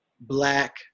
black